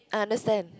I understand